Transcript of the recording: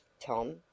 Tom